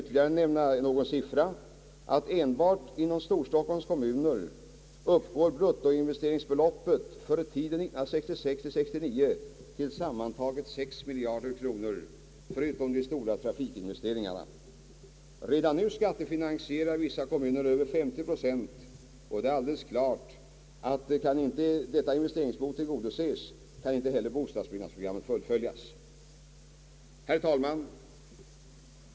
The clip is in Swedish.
Enbart inom Storstockholms kommuner, landstingets inberäknat, uppgår bruttoinvesteringsbehovet för tiden 1966—1969 till sammantaget 6 miljarder kronor, förutom de stora trafikinvesteringarna. Redan nu skattefinansierar vissa kommuner över 50 procent, och det är alldeles klart att kan inte detta investeringsbehov tillgodoses, så kan inte heller bostadsbyggnadsprogrammet fullföljas. Herr talman!